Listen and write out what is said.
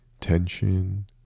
tension